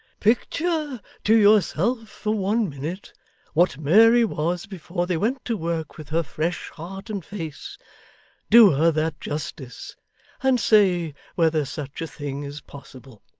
picture to yourself for one minute what mary was before they went to work with her fresh heart and face do her that justice and say whether such a thing is possible